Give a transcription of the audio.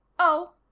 oh,